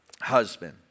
husband